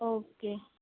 okay